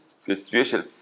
situation